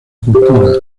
cultura